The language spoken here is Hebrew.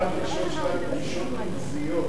האוצר קרא לדרישות שלהם דרישות נבזיות.